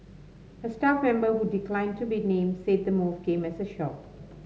a staff member who declined to be named said the move came as a shock